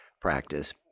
practice